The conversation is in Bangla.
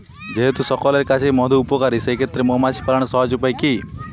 যেহেতু সকলের কাছেই মধু উপকারী সেই ক্ষেত্রে মৌমাছি পালনের সহজ উপায় কি?